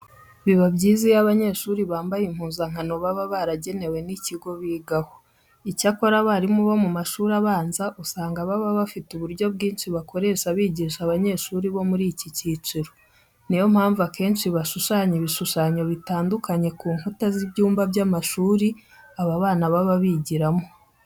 Biba byiza iyo abanyeshuri bambaye impuzankano baba baragenewe n'ikigo bigaho. Icyakora abarimu bo mu mashuri abanza usanga baba bafite uburyo bwinshi bakoresha bigisha abanyeshuri bo muri iki cyiciro. Niyo mpamvu akenshi bashushanya ibishushanyo bitandukanye ku nkuta z'ibyumba by'amashuri aba bana baba bigiramo.